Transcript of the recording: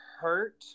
hurt